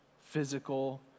physical